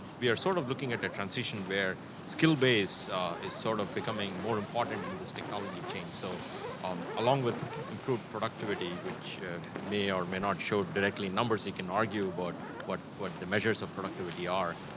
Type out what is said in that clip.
we are sort of looking at the transition where skill base is sort of becoming more important in this technology chain. so um along with improved productivity, which may or may not show directly numbers, it can argue, but what what the measures of productivity are.